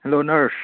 hello nurse